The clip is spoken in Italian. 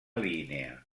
linea